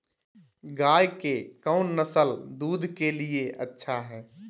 गाय के कौन नसल दूध के लिए अच्छा है?